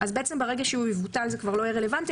אז ברגע שהוא יבוטל זה כבר לא יהיה רלוונטי,